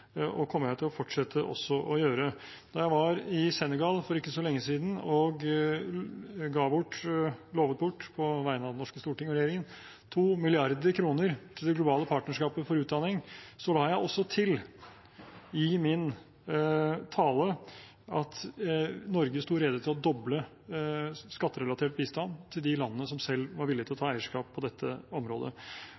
jeg allerede gjort og kommer til å fortsette å gjøre. Da jeg var i Senegal, for ikke så lenge siden, og lovde bort, på vegne av det norske storting og regjeringen, 2 mrd. kr til Det globale partnerskapet for utdanning, la jeg også til i min tale at Norge sto rede til å doble den skatterelaterte bistanden til de landene som selv var villige til å ta